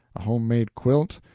a home-made quilt,